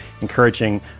encouraging